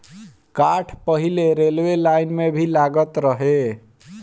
काठ पहिले railway line में भी लागत रहे